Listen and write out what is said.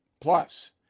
Plus